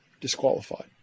disqualified